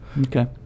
Okay